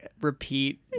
repeat